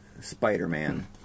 Spider-Man